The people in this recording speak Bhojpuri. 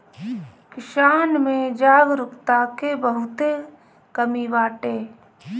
किसान में जागरूकता के बहुते कमी बाटे